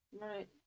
Right